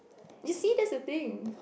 you see that's the thing